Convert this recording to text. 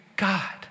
God